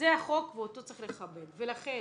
זה החוק ואותו צריך לכבד, ולכן,